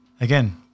again